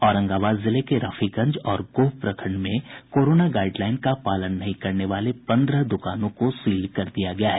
औरंगाबाद जिले के रफीगंज और गोह प्रखंड में कोरोना गाईडलाईन का पालन नहीं करने वाले पंद्रह दुकानों को सील कर दिया गया है